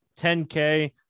10K